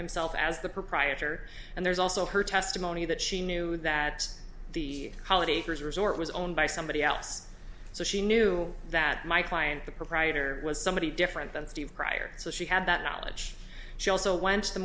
himself as the proprietor and there's also her testimony that she knew that the quality resort was owned by somebody else so she knew that my client the proprietor was somebody different than steve prior so she had that knowledge she also went to the